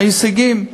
ההישגים.